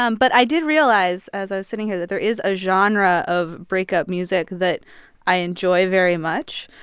um but i did realize, as i was sitting here, that there is a genre of breakup music that i enjoy very much,